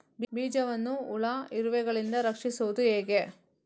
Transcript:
ಬೀಜವನ್ನು ಹುಳ, ಇರುವೆಗಳಿಂದ ರಕ್ಷಿಸುವುದು ಹೇಗೆ?